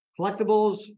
collectibles